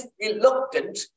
reluctant